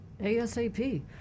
ASAP